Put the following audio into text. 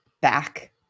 back